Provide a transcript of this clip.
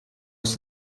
aus